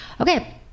Okay